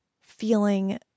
feeling